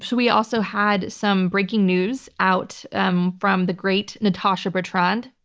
so we also had some breaking news out um from the great natasha bertrand,